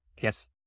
Yes